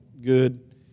good